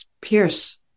pierce